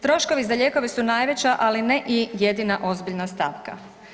Troškovi za lijekove su najveća, ali ne i jedina ozbiljna stavka.